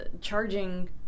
charging